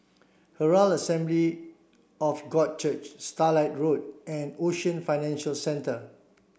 Herald Assembly of God Church Starlight Road and Ocean Financial Centre